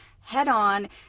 head-on